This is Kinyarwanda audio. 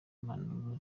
impanuro